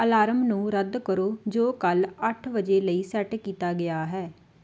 alarm ਨੂੰ ਰੱਦ ਕਰੋ ਜੋ ਕੱਲ੍ਹ ਅੱਠ ਵਜੇ ਲਈ ਸੈੱਟ ਕੀਤਾ ਗਿਆ ਹੈ